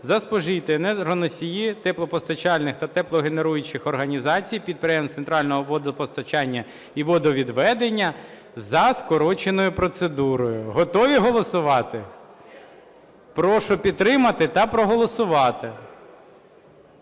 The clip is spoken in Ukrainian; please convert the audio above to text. за спожиті енергоносії теплопостачальних та теплогенеруючих організацій, підприємств централізованого водопостачання і водовідведення за скороченою процедурою. Готові голосувати? Прошу підтримати та проголосувати.